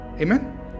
Amen